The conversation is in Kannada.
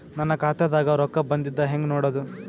ನನ್ನ ಖಾತಾದಾಗ ರೊಕ್ಕ ಬಂದಿದ್ದ ಹೆಂಗ್ ನೋಡದು?